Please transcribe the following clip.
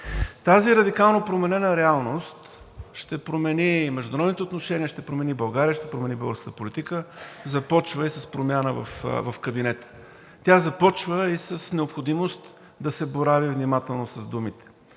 Тази радикално променена реалност ще промени международните отношения, ще промени България, ще промени българската политика и започва с промяна в кабинета. Тя започва и с необходимостта да се борави внимателно с думите,